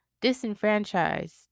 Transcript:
disenfranchised